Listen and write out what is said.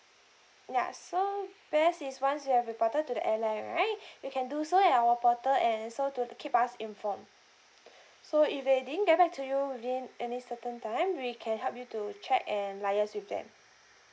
ya so best is once you have reported to the airline right you can do so at our portal and so to keep us informed so if they didn't get back to you within any certain time we can help you to check and liaise with them